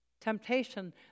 Temptation